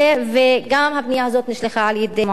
וגם הפנייה הזאת נשלחה על-ידי המועצה המקומית,